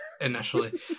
initially